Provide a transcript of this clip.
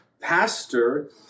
pastor